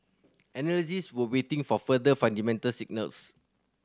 analysts were waiting for further fundamental signals